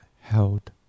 held